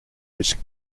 risk